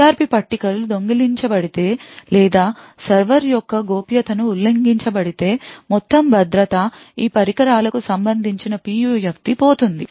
CRP పట్టికలు దొంగిలించ బడితే లేదా సర్వర్ యొక్క గోప్యత ఉల్లంఘించబడితే మొత్తం భద్రత ఈ పరికరాల కు సంబంధించిన PUF ది పోతుంది